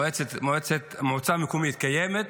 מועצה מקומית קיימת,